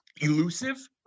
elusive